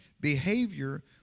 behavior